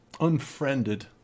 unfriended